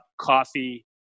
coffee